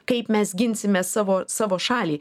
kaip mes ginsime savo savo šalį